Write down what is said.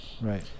Right